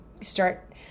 start